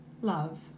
love